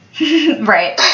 Right